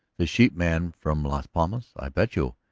the sheepman from las palmas, i bet you.